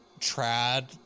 trad